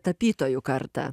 tapytojų kartą